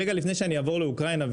רגע לפני שאני אעבור לאוקראינה,